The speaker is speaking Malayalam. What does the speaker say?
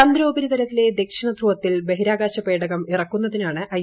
ചന്ദ്രോപരിതലത്തിലെ ദക്ഷിണ ധ്രൂവത്തിൽ ബഹിരാകാശ പേടകം ഇറക്കുന്നതിനാണ് ഐ